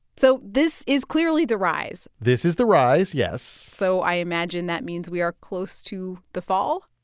so this is clearly the rise this is the rise, yes so i imagine that means we are close to the fall?